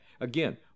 Again